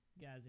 guys